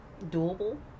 doable